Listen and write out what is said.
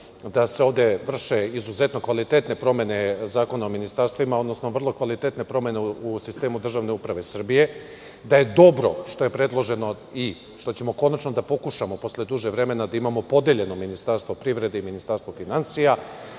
da se ovde vrše izuzetno kvalitetne promene Zakona o ministarstvima odnosno vrlo kvalitetne promene u sistemu državne uprave Srbije, da je dobro što je predloženo i što ćemo konačno da pokušamo, posle duže vremena, da imamo podeljeno ministarstvo privrede i ministarstvo finansija,